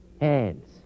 Hands